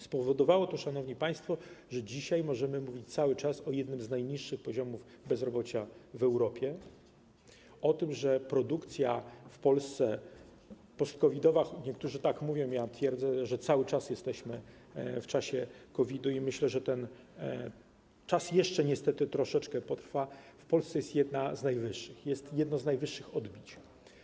Spowodowało to, szanowni państwo, że dzisiaj możemy mówić cały czas o jednym z najniższych poziomów bezrobocia w Europie, o tym, że w Polsce produkcja post-COVID-owa - niektórzy tak mówią, choć ja twierdzę, że cały czas jesteśmy w czasie COVID-u, i myślę, że ten czas jeszcze niestety troszeczkę potrwa - jest jedną z najwyższych, że jest jedno z najwyższych odbić.